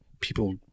people –